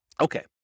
Okay